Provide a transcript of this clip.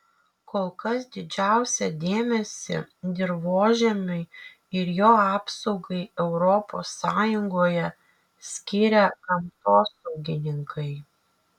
kol kas didžiausią dėmesį dirvožemiui ir jo apsaugai europos sąjungoje skiria gamtosaugininkai